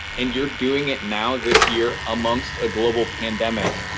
and you're doing it now this year amongst a global pandemic.